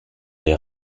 les